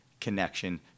connection